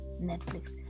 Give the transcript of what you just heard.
Netflix